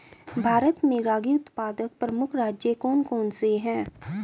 भारत में रागी उत्पादक प्रमुख राज्य कौन कौन से हैं?